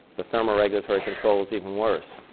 the thermoregulatory controls even worse.